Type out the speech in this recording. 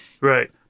Right